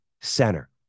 center